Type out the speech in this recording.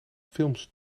films